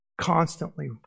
constantly